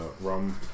rum